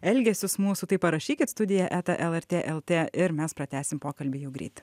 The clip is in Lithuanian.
elgesius mūsų tai parašykit studija eta lrt lt ir mes pratęsim pokalbį jau greit